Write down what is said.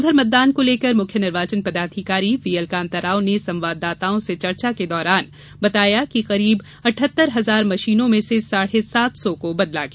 उधर मतदान को लेकर मुख्य निर्वाचन पदाधिकारी वी एल कांताराव ने संवाददाताओं से चर्चा के दौरान उन्होंने बताया कि करीब अठहत्तर हजार मशीनों में से साढ़े सात सौ को बदला गया